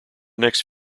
next